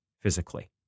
physically